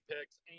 picks